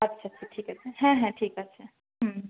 আচ্ছা আচ্ছা ঠিক আছে হ্যাঁ হ্যাঁ ঠিক আছে হুম